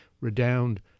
redound